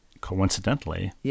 coincidentally